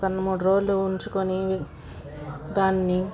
ఒకన్ని మూడు రోజులు ఉంచుకొని దాన్ని